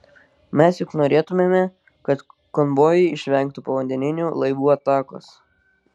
mes juk norėtumėme kad konvojai išvengtų povandeninių laivų atakos